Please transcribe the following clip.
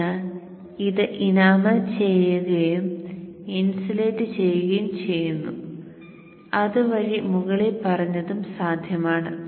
അതിനാൽ ഇത് ഇനാമൽ ചെയ്യുകയും ഇൻസുലേറ്റ് ചെയ്യുകയും ചെയ്യുന്നു അതുവഴി മുകളിൽ പറഞ്ഞതും സാധ്യമാണ്